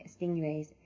stingrays